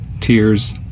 tears